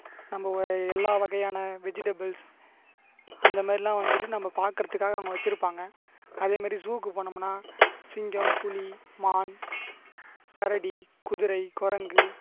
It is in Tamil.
நம்ம எல்லா வகையான வெஜிடபுள்ஸ் அந்தமாதிரிலாம் வந்துட்டு நம்ம பார்க்கறதுக்காக அங்கே வச்சுருப்பாங்க அதேமாதிரி ஜூக்கு போனோம்னா சிங்கம் புலி மான் கரடி குதிரை குரங்கு